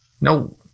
no